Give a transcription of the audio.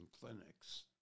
clinics